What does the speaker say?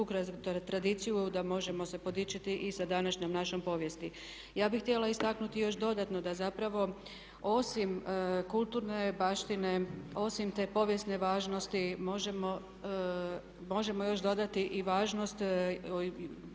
tu tradiciju da možemo se podičiti i sa današnjom našom povijesti. Ja bih htjela istaknuti još dodatno da zapravo osim kulturne baštine, osim te povijesne važnosti možemo još dodati i važnost